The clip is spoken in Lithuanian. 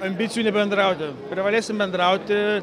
ambicijų nebendrauti privalėsim bendrauti